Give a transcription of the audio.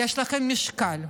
יש לכם משקל.